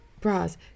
bras